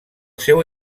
seu